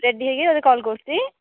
ରେଡ୍ଡି ହୋଇକି ତୋତେ କଲ୍ କରୁଛି